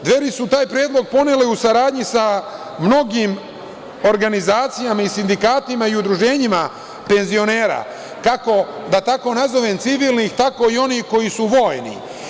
Dveri su taj predlog podnele u saradnji sa mnogim organizacijama, sindikatima i udruženjima penzionera kako, da tako nazovem, civilnih, tako i onih koji su vojni.